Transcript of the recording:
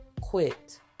Quit